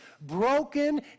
broken